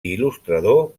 il·lustrador